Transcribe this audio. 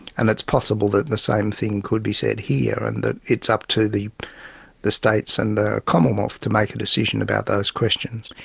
and it's possible that the same thing could be said here, and that it's up to the the states and the commonwealth to make a decision about those questions.